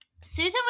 Susan